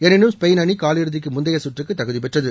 எனினும் ஸ்பெயின் அணி காலிறுதிக்கு முந்தைய சுற்றுக்கு தகுதி பெற்றது